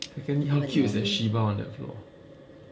secondly how cute is the shiba on the floor